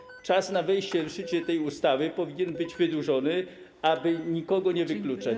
Czas przewidziany na wejście w życie tej ustawy powinien być wydłużony, aby nikogo nie wykluczać.